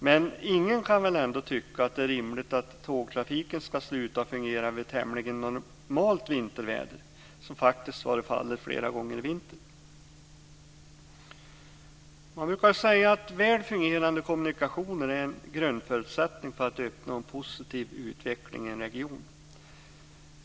Men ingen kan väl ändå tycka att det är rimligt att tågtrafiken ska sluta fungera vid tämligen normalt vinterväder, som faktiskt har varit fallet flera gånger i vinter. Man brukar säga att väl fungerande kommunikationer är en grundförutsättning för att uppnå en positiv utveckling i en region.